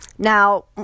Now